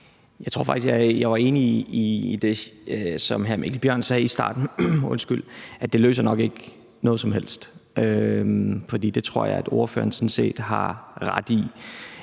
Jeg tror faktisk, at jeg er enig i det, som hr. Mikkel Bjørn sagde i starten om, at det nok ikke løser noget som helst. Det tror jeg at ordføreren sådan set har ret i.